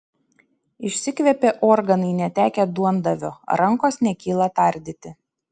išsikvėpė organai netekę duondavio rankos nekyla tardyti